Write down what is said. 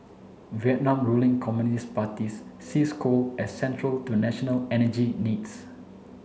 Vietnam Ruling Communist Parties sees coal as central to national energy needs